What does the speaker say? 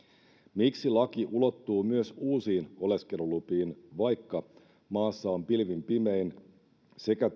miksi laki ulottuu myös uusiin oleskelulupiin vaikka maassa on pilvin pimein sekä